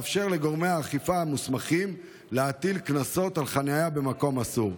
אפשרות לגורמי האכיפה המוסמכים להטיל קנסות על חניה במקום אסור.